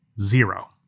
zero